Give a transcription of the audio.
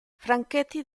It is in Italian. franchetti